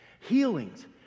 healings